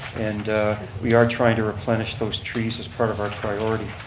and we are trying to replenish those trees as part of our priority.